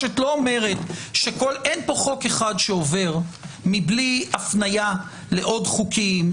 אין פה חוק אחד שעובר מבלי הפניה לעוד חוקים,